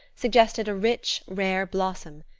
suggested a rich, rare blossom.